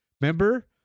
Remember